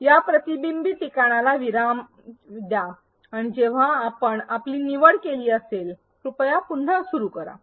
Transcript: या प्रतिबिंबित ठिकाणाला विराम द्या आणि जेव्हा आपण आपली निवड केली असेल कृपया पुन्हा सुरू करा